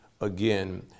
again